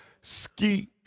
Skeet